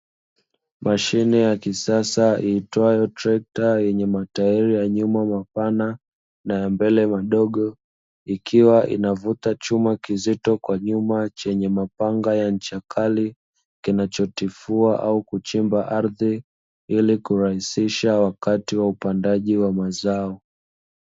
Mashine ya kisasa iitwayo trekta, yenye matairi ya nyuma mapana na ya mbele madogo, ikiwa inavuta chuma kizito kwa nyuma chenye mapanga ya ncha kali, kinachotifua au kuchimba ardhi ili kurahisisha wakati wa upandaji wa mazao.